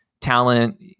talent